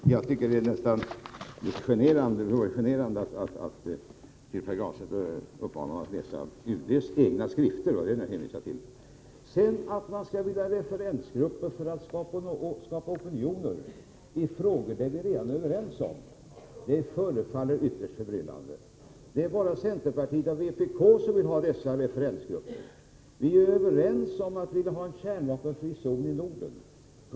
Men jag tycker nästan att det är något generande att behöva uppmana Pär Granstedt att läsa UD:s egna skrifter; det var dem jag hänvisade till. Att man skulle bilda referensgrupper för att skapa opinion i frågor där vi är överens förefaller ytterst förbryllande. Det är bara centerpartiet och vpk som vill ha dessa referensgrupper. Vi är ju överens om att vilja ha en kärnvapenfri zon i Norden.